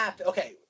Okay